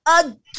again